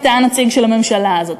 אתה הנציג של הממשלה הזאת.